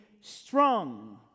strong